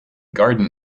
garden